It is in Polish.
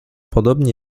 podobnie